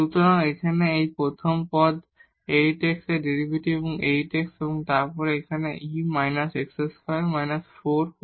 সুতরাং এখানে এই প্রথম টার্ম 8 x এর ডেরিভেটিভ 8 x এবং তারপর এখানে e − x2−4 y2